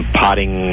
potting